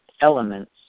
elements